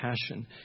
passion